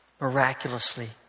miraculously